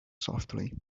softly